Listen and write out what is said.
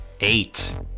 Eight